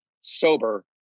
sober